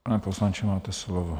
Pane poslanče, máte slovo.